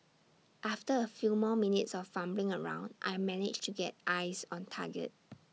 after A few more minutes of fumbling around I managed to get eyes on target